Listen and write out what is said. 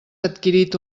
adquirit